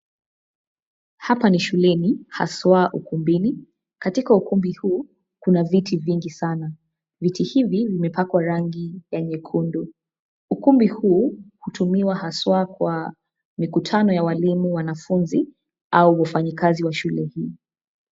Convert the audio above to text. Hapa ni shuleni, haswa ukumbini. Katika ukumbi huu, kuna viti vingi sana, viti hivi vimepakwa rangi ya nyekundu. Ukumbi huu hutumiwa haswa kwa mikutano ya walimu, wanafunzi au wafanyakazi wa shule hii.